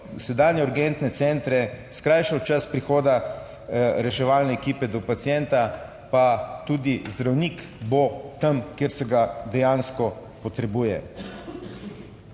sedanje urgentne centre, skrajšal čas prihoda reševalne ekipe do pacienta pa tudi zdravnik bo tam, kjer se ga dejansko potrebuje.